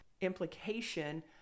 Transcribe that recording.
implication